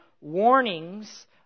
warnings